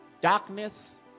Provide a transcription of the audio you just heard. Darkness